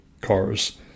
cars